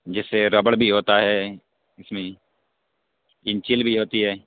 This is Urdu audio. جیسے ربڑ بھی ہوتا ہے اس میں انچل بھی ہوتی ہے